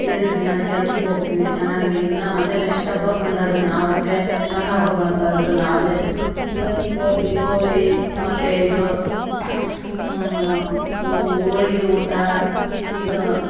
ತಿರುಗಿ ದಿನ ಕೆಲ್ಸಕ್ಕೆ ಹೋಗ್ತೀವಿ ಚೆನ್ನಾಗಿ ಇನ್ನು ಮತ್ತೆ ನೆಶ್ಟ್ ಹಬ್ಬ ಬಂದಾಗ ನಾವು ಒಂದೇ ಸಣ್ಣ ಹಬ್ಬ ಬಂತಂದ್ರೆ ನಾವು ಒಂದೇ ದಸರಾ ದೀಪಾವಳಿ ಮತ್ತೆ ಇದು ಹೋಳ್ಗಿ ಊಟ ಇದು